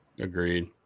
Agreed